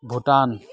Bhutan